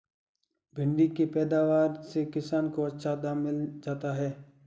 भिण्डी के पैदावार से किसान को अच्छा दाम मिल जाता है